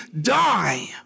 die